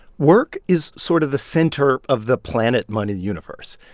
work is sort of the center of the planet money universe.